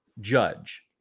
judge